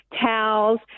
towels